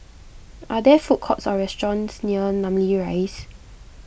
are there food courts or restaurants near Namly Rise